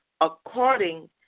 according